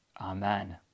Amen